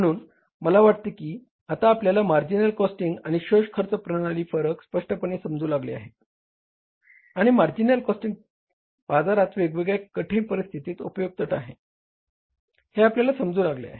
म्हणून मला वाटते की आता आपल्याला मार्जिनल कॉस्टिंग आणि शोष खर्चातील फरक स्पष्टपणे समजू लागले आहे आणि मार्जिनल कॉस्टिंग बाजारातील वेगवेगळ्या कठीण परिस्थिती कसे उपयुक्त आहे हे आपल्याला समजू लागले आहे